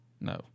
No